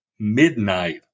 midnight